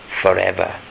forever